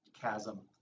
chasm